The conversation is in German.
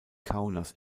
kaunas